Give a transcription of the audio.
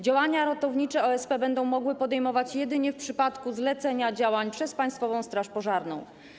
Działania ratownicze OSP będą mogły podejmować jedynie w przypadku zlecenia działań przez Państwową Straż Pożarną.